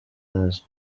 neza